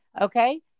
okay